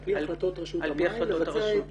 על פי החלטות רשות המים לבצע את